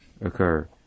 occur